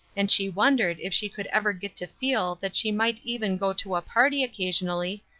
and she wondered if she could ever get to feel that she might even go to a party occasionally,